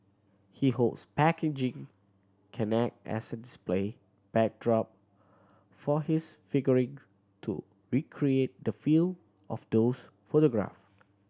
he hopes packaging can act as a display backdrop for his figurine to recreate the feel of those photograph